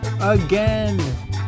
again